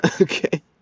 Okay